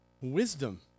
wisdom